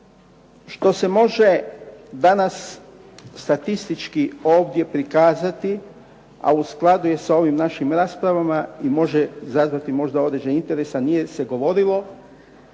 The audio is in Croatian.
što se može danas statistički ovdje prikazati, a u skladu je sa ovim našim raspravama i može izazvati možda određeni interes, a nije se govorilo